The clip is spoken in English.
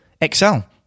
excel